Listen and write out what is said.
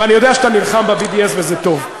ואני יודע שאתה נלחם ב-BDS, וזה טוב.